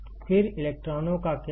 फिर इलेक्ट्रॉनों का क्या होगा